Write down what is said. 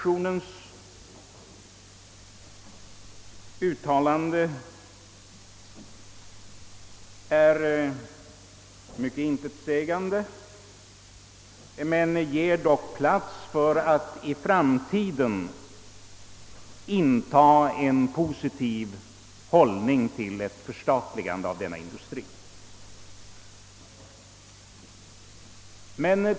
LO:s uttalande är intetsägande men lämnar dock plats för LO att i framtiden inta en positiv hållning till förstatligandet av krigsmaterielindustrien.